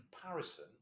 comparison